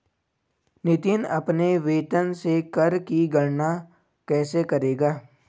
नितिन अपने वेतन से कर की गणना कैसे करेगा?